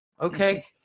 okay